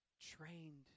trained